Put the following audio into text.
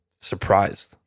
surprised